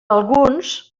alguns